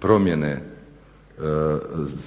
promjene